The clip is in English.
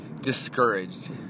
discouraged